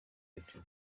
biri